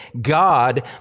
God